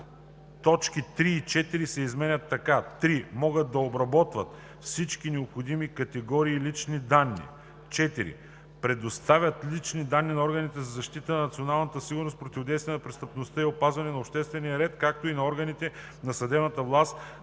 точки 3 и 4 се изменят така: „3. могат да обработват всички необходими категории лични данни; 4. предоставят личните данни на органите за защита на националната сигурност, противодействие на престъпността и опазване на обществения ред, както и на органите на съдебната власт